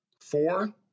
Four